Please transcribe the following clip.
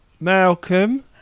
Malcolm